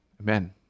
Amen